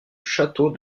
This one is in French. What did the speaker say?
château